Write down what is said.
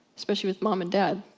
specially with mom and dad.